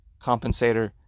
compensator